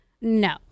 No